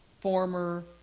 former